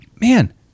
man